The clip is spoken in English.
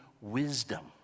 wisdom